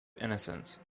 innocence